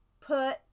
put